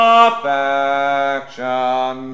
affection